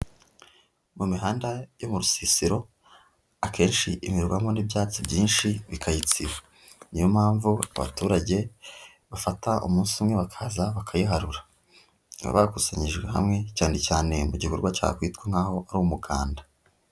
Mu mihanda yo mu rusisiro, akenshi imerwamo n'ibyatsi byinshi bikayitsira, niyo mpamvu abaturage bafata umunsi umwe bakaza bakayiharura, bakusanyirijwe hamwe, cyane cyane mu gikorwa cyakwitwa nk'aho ari umuganda.